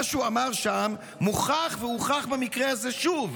מה שהוא אמר שם מוכח והוכח במקרה הזה שוב,